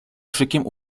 krzykiem